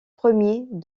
premiers